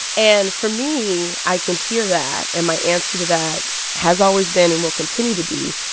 and for me, i can hear that, and my answer to that has always been and will continue to be,